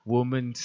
Woman